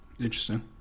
Interesting